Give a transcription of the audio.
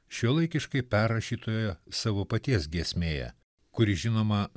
šiuolaikiškai perrašytoje savo paties giesmėje kuri žinoma